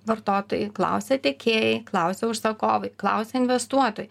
vartotojai klausia tiekėjai klausia užsakovai klausia investuotojai